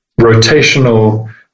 rotational